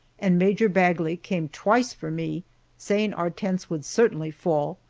and major bagley came twice for me, saying our tents would certainly fall,